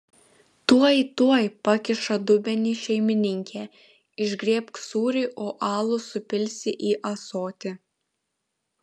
tuoj tuoj pakiša dubenį šeimininkė išgriebk sūrį o alų supilsi į ąsotį